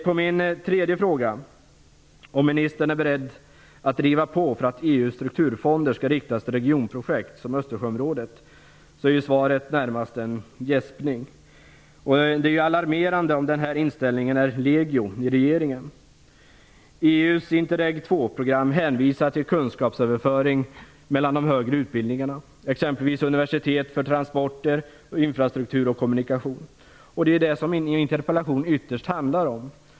På min tredje fråga om ministern är beredd att driva på för att EU:s strukturfonder skall riktas till regionprojekt som Östersjöområdet är svaret närmast en gäspning. Det är alarmerande om den inställningen är legio i regeringen. EU:s Interreg II-program hänvisar till kunskapsöverföring mellan de högre utbildningarna, t.ex. universitet för transporter, infrastruktur och kommunikation. Det är detta min interpellation ytterst handlar om.